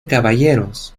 caballeros